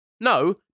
no